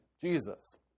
Jesus